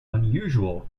unusual